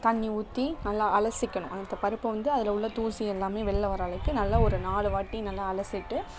தண்ணி ஊற்றி நல்லா அழசிக்கணும் அந்த பருப்பை வந்து அதில் உள்ள தூசி எல்லாமே வெளில வர அளவுக்கு நல்லா ஒரு நாலுவாட்டி நல்லா அழசிட்டு